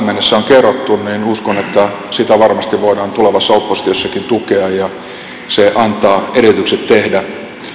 mennessä on kerrottu niin uskon että sitä varmasti voidaan tulevassa oppositiossakin tukea ja se antaa edellytykset tehdä